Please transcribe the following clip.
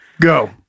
Go